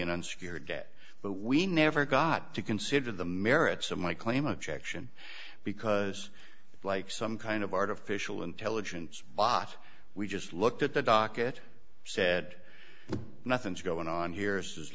an unsecured debt but we never got to consider the merits of my claim objection because it's like some kind of artificial intelligence bought we just looked at the docket said nothing's going on here is